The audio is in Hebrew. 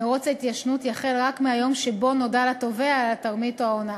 מירוץ ההתיישנות יחל רק מהיום שבו נודע לתובע על התרמית או ההונאה.